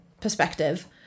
perspective